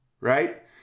right